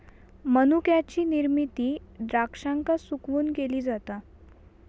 मनुक्याची निर्मिती द्राक्षांका सुकवून केली जाता